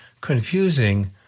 Confusing